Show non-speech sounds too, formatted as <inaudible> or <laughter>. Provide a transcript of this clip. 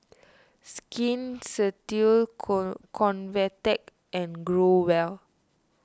Skin <unintelligible> Convatec and Growell